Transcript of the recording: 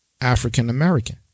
African-American